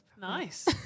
nice